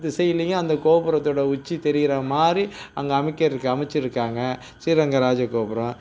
திசையிலையும் அந்த கோபுரத்தோட உச்சி தெரிகிற மாதிரி அங்கே அமைக்க இருக்க அமைச்சிருக்காங்கள் ஸ்ரீரங்கம் ராஜகோபுரம்